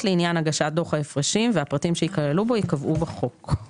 לעניין הגשת דוח ההפרשים והפרטים שייכללו בו ייקבעו בחוק;